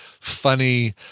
funny